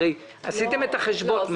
הרי עשיתם את החשבון.